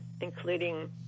including